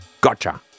Gotcha